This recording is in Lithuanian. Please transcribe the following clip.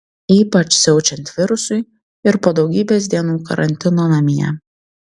ypač siaučiant virusui ir po daugybės dienų karantino namie